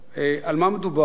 על מה מדובר?